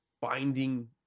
binding